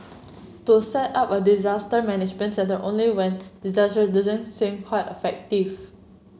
to set up a disaster management centre only when disaster doesn't seem quite effective